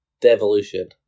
devolution